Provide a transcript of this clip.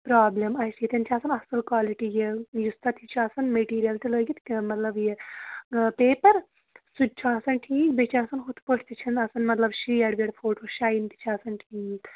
problem اَسہِ ییٚتٮ۪ن چھِ آسَان اَصٕل کالٹی یہِ یُس تَتہِ یہِ چھُ آسَان میٹیٖریَل تہِ لٲگِتھ کیٚنٛہہ مطلب یہِ پیپَر سُہ تہِ چھُ آسَان ٹھیٖک بیٚیہِ چھِ آسَان ہُتھ پٲٹھۍ تہِ چھَنہٕ آسَان مطلب شیڈ ویڈ فوٹو شایِن تہِ چھِ آسَان ٹھیٖک